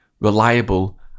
reliable